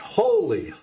holy